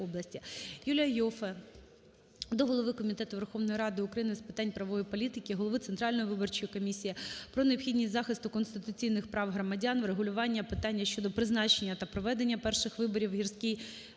Юлія Іоффе до голови Комітету Верховної Ради України з питань правової політики та правосуддя, голови Центральної виборчої комісії про необхідність захисту конституційних прав громадян, врегулювання питання щодо призначення та проведення перших виборів в Гірській